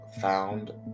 found